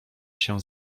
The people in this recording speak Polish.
się